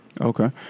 Okay